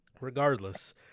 regardless